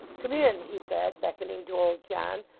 come in he said, beckoning to old john,